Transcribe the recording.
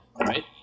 right